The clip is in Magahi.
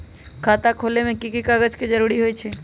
खाता खोले में कि की कागज के जरूरी होई छइ?